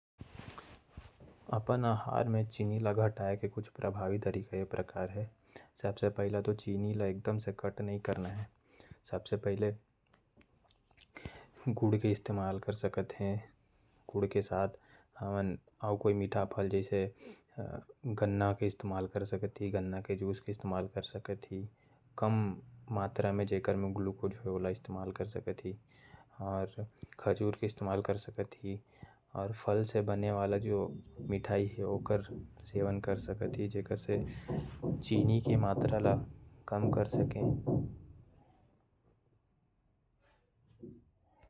अपन आहार में चीनी ल घटाए के तरीका कुछ ये प्रकार है। सबसे पहले तो अपन आहार में चीनी ला एकदम से कट नहीं करना है। चीनी के जगह में हमन गुड के इस्तेमाल कर सकत हे। गन्ना के इस्तेमाल कर सकत ही। मीठा फल के इस्तेमाल कर सकत ही। खजूर के इस्तेमाल कर सकत ही।